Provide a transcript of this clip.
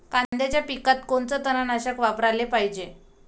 कांद्याच्या पिकात कोनचं तननाशक वापराले पायजे?